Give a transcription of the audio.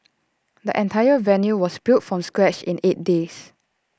the entire venue was built from scratch in eight days